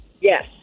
Yes